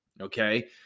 Okay